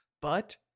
But-